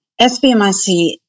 SBMIC